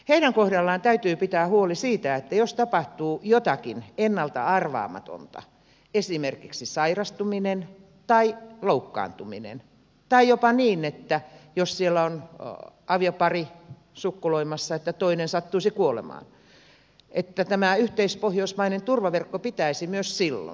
heidän kohdallaan täytyy pitää huoli siitä että jos tapahtuu jotakin ennalta arvaamatonta esimerkiksi sairastuminen tai loukkaantuminen tai jopa niin että jos siellä on aviopari sukkuloimassa ja toinen sattuisi kuolemaan niin tämä yhteispohjoismainen turvaverkko pitäisi myös silloin